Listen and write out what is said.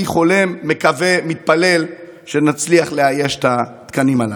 אני חולם ומקווה ומתפלל שנצליח לאייש את התקנים הללו.